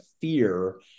fear